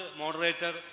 moderator